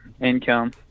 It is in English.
income